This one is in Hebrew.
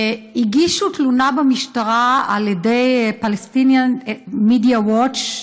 Palestinian Media Watch,